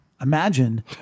Imagine